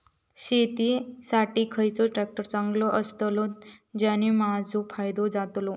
शेती साठी खयचो ट्रॅक्टर चांगलो अस्तलो ज्याने माजो फायदो जातलो?